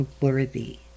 worthy